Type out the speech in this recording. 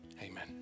Amen